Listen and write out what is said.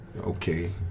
okay